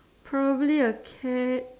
probably a cat